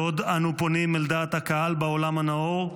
בעוד אנו פונים אל דעת הקהל בעולם הנאור,